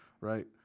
Right